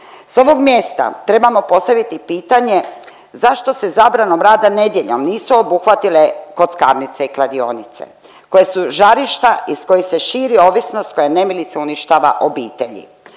Sa ovog mjesta trebamo postaviti pitanje zašto se zabranom rada nedjeljom nisu obuhvatile kockarnice i kladionice koje su žarišta i iz kojih se širi ovisnost koja nemilice uništava obitelji,